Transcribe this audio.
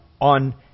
on